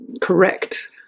correct